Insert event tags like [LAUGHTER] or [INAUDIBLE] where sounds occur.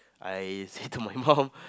I say to my mum [LAUGHS]